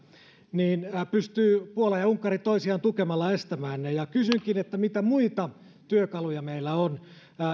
niin puola ja unkari pystyvät toisiaan tukemalla estämään ne kysynkin mitä muita työkaluja meillä on